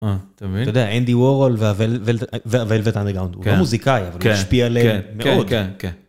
אתה מבין? אתה יודע, אינדי וורול והווילבט אנרגאונד, הוא מוזיקאי, הוא משפיע עליה מאוד.